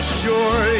sure